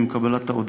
עם קבלת ההודעה,